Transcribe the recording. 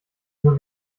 nur